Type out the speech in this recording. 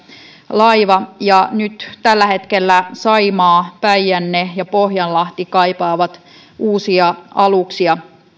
laiva tällä hetkellä saimaa päijänne ja pohjanlahti kaipaavat uusia aluksia